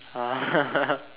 ah